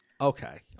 Okay